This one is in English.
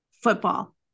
football